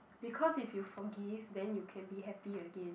because if you forgive then you can be happy again